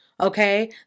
Okay